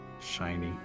Shiny